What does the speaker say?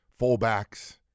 fullbacks